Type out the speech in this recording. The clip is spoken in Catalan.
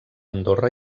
andorra